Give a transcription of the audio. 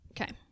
Okay